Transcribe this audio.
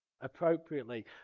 appropriately